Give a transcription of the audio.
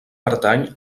pertany